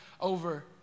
over